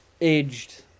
aged